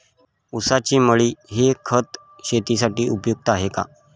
ऊसाची मळी हे खत शेतीसाठी उपयुक्त आहे का?